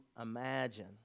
imagine